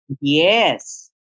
Yes